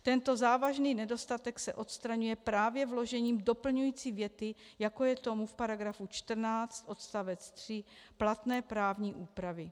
Tento závažný nedostatek se odstraňuje právě vložením doplňující věty, jako je tomu v § 14 odst. 3 platné právní úpravy.